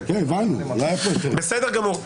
בסדר גמור.